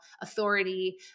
authority